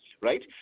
right